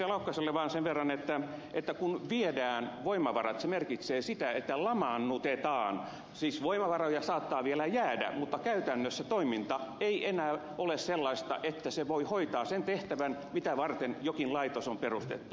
laukkaselle vaan sen verran että kun viedään voimavarat se merkitsee sitä että lamaannutetaan siis voimavaroja saattaa vielä jäädä mutta käytännössä toiminta ei enää ole sellaista että se voi hoitaa sen tehtävän mitä varten jokin laitos on perustettu